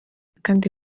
kandi